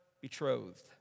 betrothed